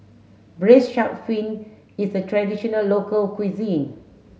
braised shark fin is a traditional local cuisine